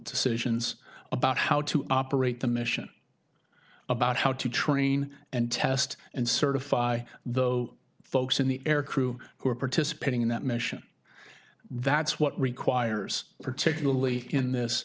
decisions about how to operate the mission about how to train and test and certify though folks in the air crew who are participating in that mission that's what requires particularly in this